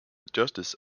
justice